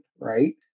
right